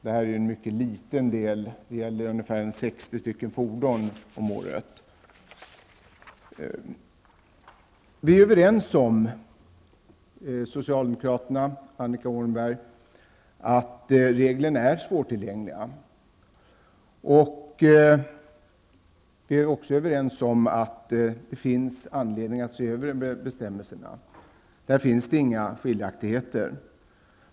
Det handlar om endast 60 fordon om året. Vi är överens om att reglerna är svårtillgängliga. Vi är också överens om att det finns anledning att se över bestämmelserna. Det finns inga skilda meningar i detta sammanhang.